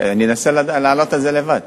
אני אנסה לעלות על זה לבד.